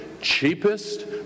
cheapest